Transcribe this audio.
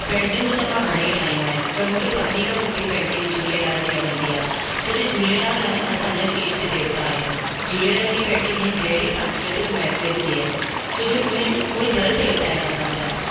पेंटिंगूं त मां घणेई ठाहियूं आहिनि पर मूंखे सभिनी खां सुठी पेंटींग झूलेलाल जी लॻंदी आहे छो जो झूलेलाल आहे न सां जा ईष्टदेवता आहिनि झूलेलाल जी पेंटींग हिकु गहिरी सांस्कृतिक महत्व थी ॾे छो जो उन उहे जल देवता आहिनि असां जा